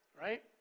right